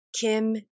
Kim